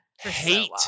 hate